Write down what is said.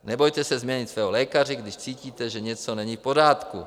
Nebojte se změnit svého lékaře, když cítíte, že něco není v pořádku.